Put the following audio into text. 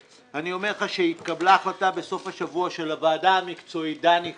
אני אומר לך שהתקבלה החלטה בסוף השבוע של הוועדה המקצועית דני טל,